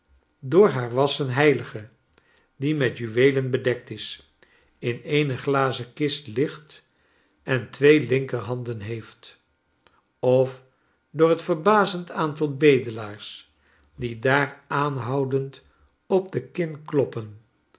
door naar wassen heilige die met juweelen bedekt is in eene glazen kistligten twee linkerhanden heeft of door het verbazend aantal bedelaars die daar aanhoudend op de kin kloppen